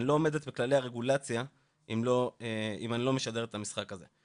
אני לא עומדת בכללי הרגולציה אם אני לא משדרת את המשחק הזה.